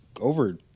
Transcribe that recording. over